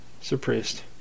suppressed